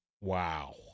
Wow